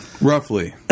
Roughly